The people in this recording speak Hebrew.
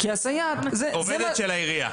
היא עובדת של העירייה.